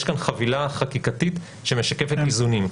יש כאן חבילה חקיקתית שמשקפת איזונים.